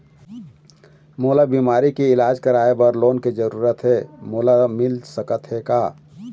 मोला बीमारी के इलाज करवाए बर लोन के जरूरत हे मोला मिल सकत हे का?